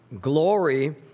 Glory